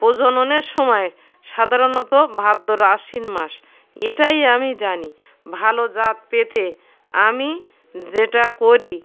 প্রজননের সময় সাধারণত ভাদ্র আশ্বিন মাস এটাই আমি জানি ভালো জাত পেতে আমি যেটা করি